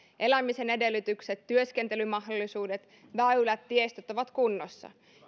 elämisen edellytykset työskentelymahdollisuudet ja väylät tiestöt ovat kunnossa